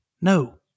No